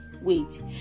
Wait